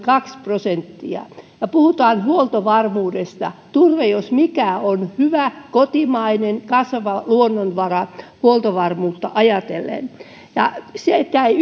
noin kaksi prosenttia ja kun puhutaan huoltovarmuudesta turve jos mikä on hyvä kotimainen kasvava luonnonvara huoltovarmuutta ajatellen ei